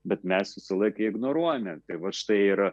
bet mes visą laiką ignoruojame tai vat štai ir